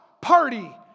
party